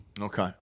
Okay